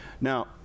Now